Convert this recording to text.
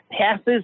passes